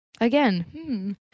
again